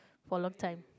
for long time